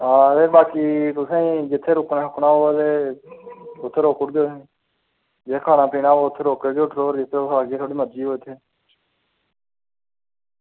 हां ते बाकी तुसें जित्थें रुकना शुकना होग ते उत्थें रोकी ओड़गे तुसेंगी जित्थें खाना पीना होग उत्थें रोकी ओड़गे जित्थें थुआढ़ी मरजी होग उत्थें